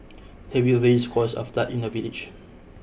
heavy rains caused a flood in the village